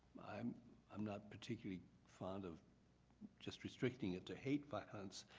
um um not particularly fond of just restricting it to hate violence.